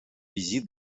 визит